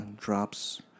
drops